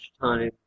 time